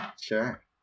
Sure